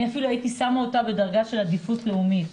אפילו הייתי שמה אותה בדרגה של עדיפות לאומית,